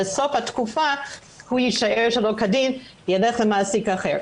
שבסוף התקופה הוא יישאר שלא כדין ויילך למעסיק אחר.